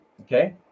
okay